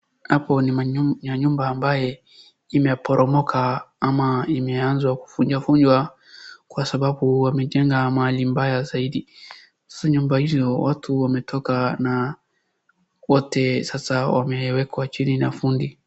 Hapo ni nyumba ambaye imeporomoka ama imeanzwa kuvunjavunjwa kwasababu wamejenga mahali mbaya zaidi. Sasa nyumba hizo watu wametoka na wote sasa wamwekwa chini na fundi.